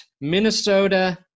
Minnesota